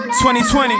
2020